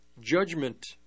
judgment